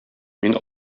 мин